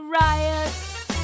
riot